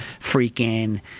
freaking